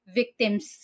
victims